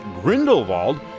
Grindelwald